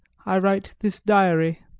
i write this diary.